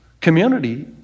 community